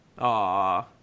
Aw